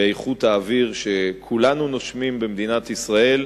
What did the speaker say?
באיכות האוויר שכולנו נושמים במדינת ישראל,